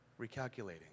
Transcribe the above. Recalculating